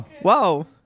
Wow